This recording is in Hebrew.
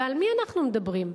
ועל מי אנחנו מדברים?